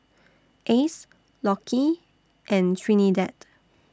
Ace Lockie and Trinidad